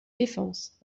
défense